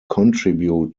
contribute